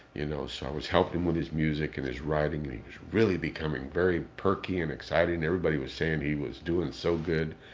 you know, so i was helping him with his music and his writing. and he was really becoming very perky and excited. and everybody was saying he was doing so good.